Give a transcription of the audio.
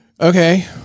okay